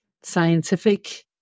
scientific